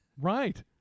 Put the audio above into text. right